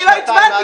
אני לא הצבעתי.